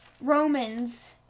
Romans